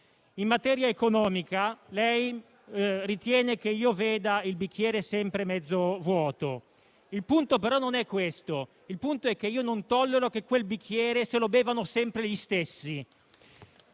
In materia economica, ritiene che io veda sempre il bicchiere mezzo vuoto. Il punto però non è questo, ma è che non tollero che quel bicchiere se lo bevano sempre gli stessi.